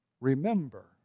remember